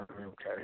Okay